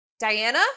Diana